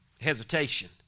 hesitation